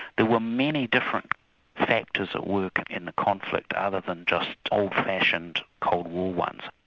there were many different factors at work in the conflict other than just old-fashioned cold war ones.